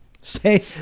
Stay